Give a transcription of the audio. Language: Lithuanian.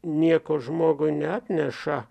nieko žmogui neatneša